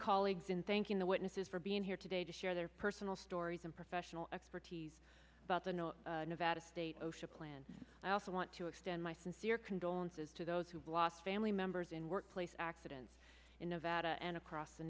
colleagues in thanking the witnesses for being here today to share their personal stories and professional expertise about the nevada state osha plan i also want to extend my sincere condolences to those who lost family members in workplace accidents in nevada and across the